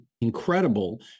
incredible